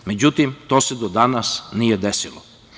Međutim, to se do danas nije desilo.